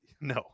No